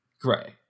gray